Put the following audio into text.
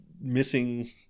missing